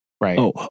right